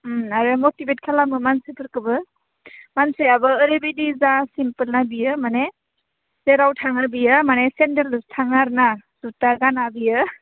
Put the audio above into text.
ओम आरो मटिभेट खालामो मानसिफोरखौबो मानसियाबो ओरैबायदि जा सिमपोल ना बियो माने जेराव थाङो बियो माने सेन्देलजोंसो थाङो आरो ना जुथा गाना बियो